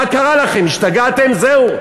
מה קרה לכם, השתגעתם, זהו?